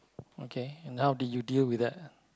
okay and how did you deal with that